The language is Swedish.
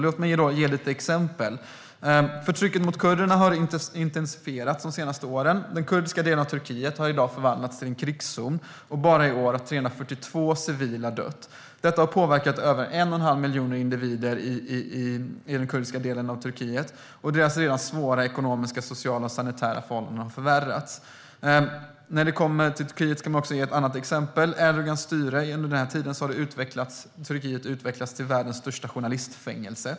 Låt mig ge några exempel. Förtrycket mot kurderna har intensifierats under de senaste åren. De kurdiska delarna av Turkiet har i dag förvandlats till en krigszon, och bara i år har 342 civila dött. Detta har påverkat över 1 1⁄2 miljon individer i den kurdiska delen av Turkiet, och deras redan svåra ekonomiska, sociala och sanitära förhållanden har förvärrats. Ett annat exempel är att Turkiet under Erdogans styre har utvecklats till världens största journalistfängelse.